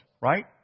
right